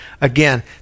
again